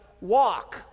walk